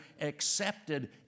accepted